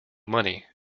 money